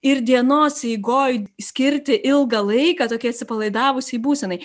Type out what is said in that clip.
ir dienos eigoj skirti ilgą laiką tokiai atsipalaidavusiai būsenai